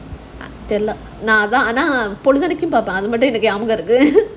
ah அது தெரில ஆனா பொழுதனைக்கும் பார்ப்பேன்:adhu therila aanaa poluthanaikum paarpaen